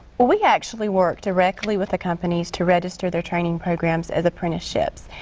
we actually work directly with the companies to register their training programs as apprenticeships.